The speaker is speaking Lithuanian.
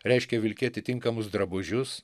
reiškia vilkėti tinkamus drabužius